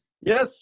Yes